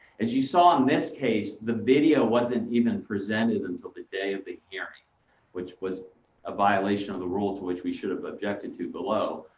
as you saw in this case, the video wasn't even presented until the day of the hearing which was a violation of the rules which we should have objected to below.